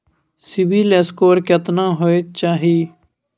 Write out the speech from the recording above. CIBIL score केतना होय चाही?